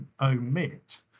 omit